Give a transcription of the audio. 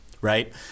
right